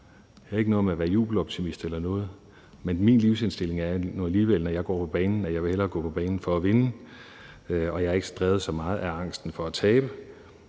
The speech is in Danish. mig bare at sige uden at være jubeloptimist eller noget, at min livsindstilling nu alligevel er, når jeg går på banen, at jeg hellere vil gå på banen for at vinde, og jeg er ikke drevet så meget af angsten for at tabe.